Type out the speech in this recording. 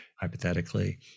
hypothetically